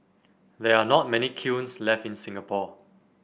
there are not many kilns left in Singapore